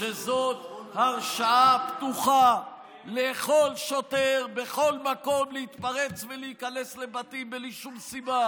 שזאת הרשאה פתוחה לכל שוטר בכל מקום להתפרץ ולהיכנס לבתים בלי שום סיבה,